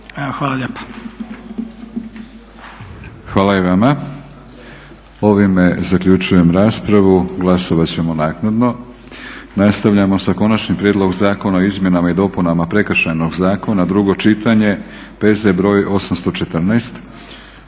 Hvala i vama.